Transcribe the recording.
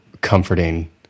comforting